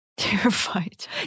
Terrified